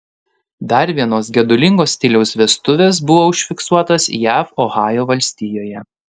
dar vienos gedulingo stiliaus vestuvės buvo užfiksuotos jav ohajo valstijoje